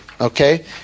okay